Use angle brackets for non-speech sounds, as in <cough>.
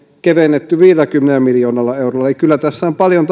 kevennetty viidelläkymmenellä miljoonalla eurolla eli kyllä tässä on paljon <unintelligible>